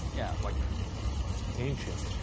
yeah, like ancient?